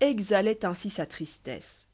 exhaloit ainsi sa tristesse